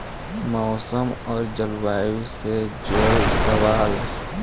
मौसम और जलवायु से जुड़ल सवाल?